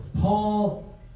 Paul